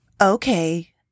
Okay